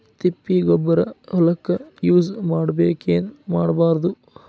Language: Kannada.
ತಿಪ್ಪಿಗೊಬ್ಬರ ಹೊಲಕ ಯೂಸ್ ಮಾಡಬೇಕೆನ್ ಮಾಡಬಾರದು?